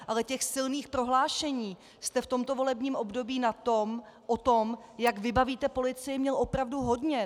A těch silných prohlášení jste v tomto volebním období o tom, jak vybavíte policii, měl opravdu hodně.